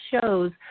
shows